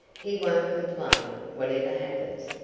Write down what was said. he won't complain, whatever happens.